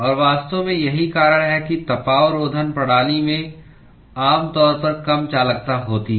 और वास्तव में यही कारण है कि तापावरोधन प्रणाली में आमतौर पर कम चालकता होती है